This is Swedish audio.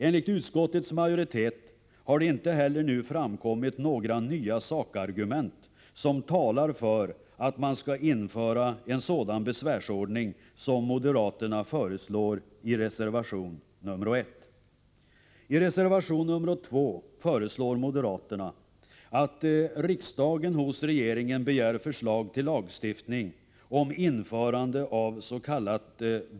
Enligt utskottets majoritet har det inte heller nu framkommit några nya sakargument som talar för att man skall införa en sådan besvärsordning som I reservation nr 2 yrkar moderaterna att riksdagen hos regeringen skall begära förslag till lagstiftning om införande avs.k.